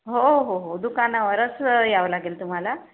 हो हो हो दुकानावरच यावं लागेल तुम्हाला